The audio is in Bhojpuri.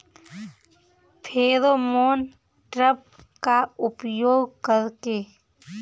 फेरोमोन ट्रेप का उपयोग कर के?